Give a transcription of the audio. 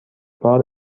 بار